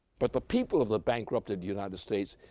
but the people of the bankrupted united states,